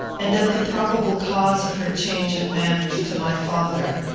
and of the probable cause of her change of manners, to my father.